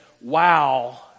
wow